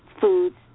foods